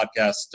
podcast